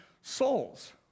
souls